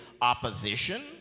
opposition